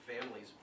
families